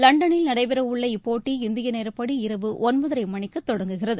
லண்டனில் நடைபெறவுள்ள இப்போட்டி இந்திய நேரப்படி இரவு ஒன்பதரை மணிக்கு தொடங்குகிறது